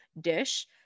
dish